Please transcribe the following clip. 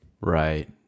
Right